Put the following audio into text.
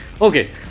Okay